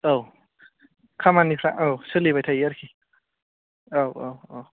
औ खामानिफ्रा औ सोलिबाय थायो आरोखि औ औ औ